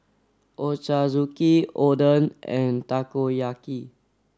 Ochazuke Oden and Takoyaki